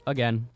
Again